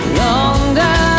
longer